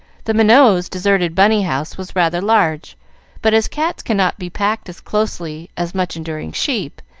the minots' deserted bunny-house was rather large but as cats cannot be packed as closely as much-enduring sheep,